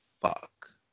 fuck